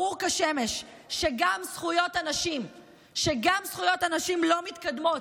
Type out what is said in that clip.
ברור כשמש שגם זכויות הנשים לא מתקדמות.